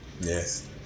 Yes